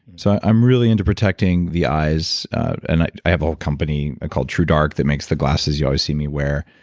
so i'm really into protecting the eyes and that i have a company called true dark that makes the glasses you always see me wear.